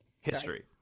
history